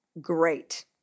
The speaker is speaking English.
Great